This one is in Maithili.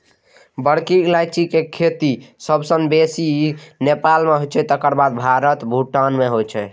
बड़की इलायचीक खेती सबसं बेसी नेपाल मे होइ छै, तकर बाद भारत आ भूटान मे होइ छै